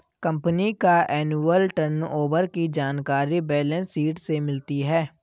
company का annual turnover की जानकारी बैलेंस शीट से मिलती है